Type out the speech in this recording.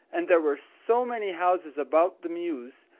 and there were so many houses about the mews,